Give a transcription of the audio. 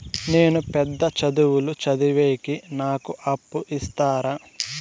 నేను పెద్ద చదువులు చదివేకి నాకు అప్పు ఇస్తారా